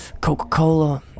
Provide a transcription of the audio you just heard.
Coca-Cola